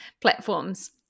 platforms